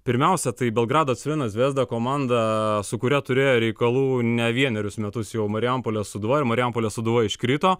pirmiausia tai belgrado crvena zvezda komanda su kuria turėjo reikalų ne vienerius metus jau marijampolės sūduva ir marijampolės sūduva iškrito